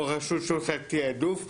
או רשות שעושה תעדוף וכדו'.